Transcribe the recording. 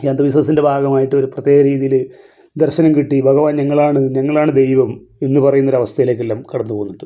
ഈ അന്ധവിശ്വാസത്തിൻ്റെ ഭാഗമായിട്ട് ഒരു പ്രത്യേക രീതിയിൽ ദർശനം കിട്ടി ഭഗവാൻ നിങ്ങളാണ് നിങ്ങളാണ് ദൈവം എന്ന് പറയുന്നൊരവസ്ഥയിലേക്കെല്ലാം കടന്നു പോകുന്നുണ്ട്